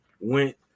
went